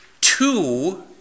two